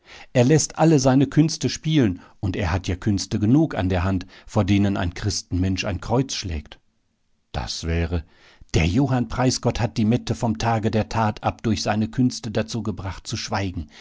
er läßt alle seine künste spielen und er hat ja künste genug an der hand vor denen ein christenmensch ein kreuz schlägt das wäre der johann preisgott hat die mette vom tage der tat ab durch seine künste dazu gebracht zu schweigen